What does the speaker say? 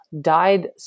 died